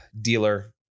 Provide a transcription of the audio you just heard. dealer